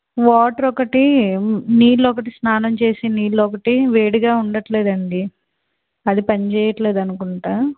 water ఒకటి నీళ్లొకటి స్నానం చేసే నీళ్ళు ఒకటి వేడిగా ఉండట్లేదండి అది పని చేయట్లేదనుకుంటా